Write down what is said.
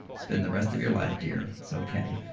spend the rest of your life, dear. it's okay.